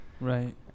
Right